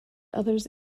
others